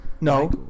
No